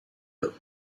được